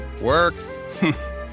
work